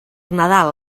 nadal